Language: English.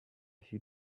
few